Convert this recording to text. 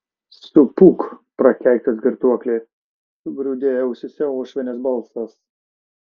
supūk prakeiktas girtuokli sugriaudėjo ausyse uošvienės balsas